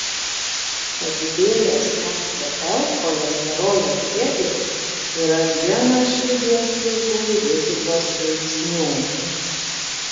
padidėjęs mtl cholesterolio kiekis yra vienas širdies ligų rizikos veiksnių